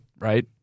Right